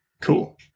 Cool